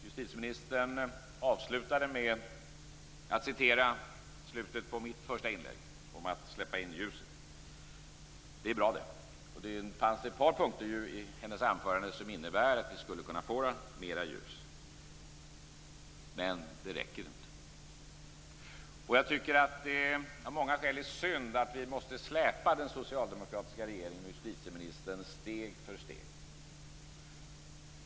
Justitieministern avslutade med att citera slutet av mitt första inlägg om att släppa in ljuset. Det är bra det. Det fanns ett par punkter i hennes anförande som innebär att vi skulle kunna få mera ljus. Men det räcker inte. Jag tycker att det av många skäl är synd att vi måste släpa den socialdemokratiska regeringen och justitieministern steg för steg.